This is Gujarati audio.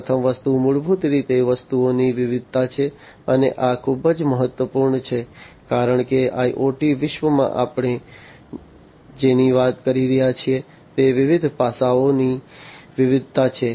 પ્રથમ વસ્તુ મૂળભૂત રીતે વસ્તુઓની વિવિધતા છે અને આ ખૂબ જ મહત્વપૂર્ણ છે કારણ કે IoT વિશ્વમાં આપણે જેની વાત કરી રહ્યા છીએ તે વિવિધ પાસાઓની વિવિધતા છે